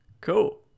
Cool